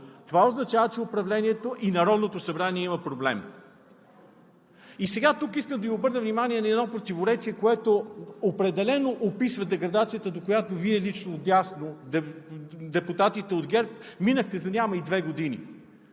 това означава, че управлението и Народното събрание има проблем. И сега тук искам да Ви обърна внимание на едно противоречие, което определено описва деградацията, до която Вие лично вдясно – депутатите от ГЕРБ, минахте за няма и две години.